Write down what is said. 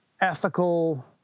ethical